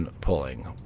pulling